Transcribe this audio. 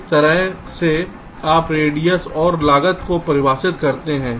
इस तरह से आप रेडियस और लागत को परिभाषित करते हैं